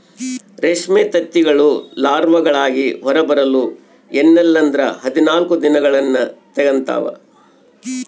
ರೇಷ್ಮೆ ತತ್ತಿಗಳು ಲಾರ್ವಾಗಳಾಗಿ ಹೊರಬರಕ ಎನ್ನಲ್ಲಂದ್ರ ಹದಿನಾಲ್ಕು ದಿನಗಳ್ನ ತೆಗಂತಾವ